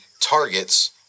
targets